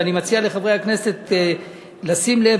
ואני מציע לחברי הכנסת לשים לב,